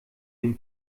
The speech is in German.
dem